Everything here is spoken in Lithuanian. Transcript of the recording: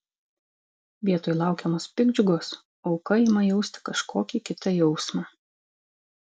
vietoj laukiamos piktdžiugos auka ima jausti kažkokį kitą jausmą